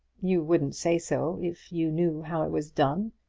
you wouldn't say so if you knew how it was done.